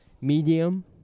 Medium